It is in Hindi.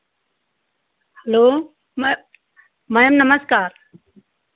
हलो मैम मैम नमस्कार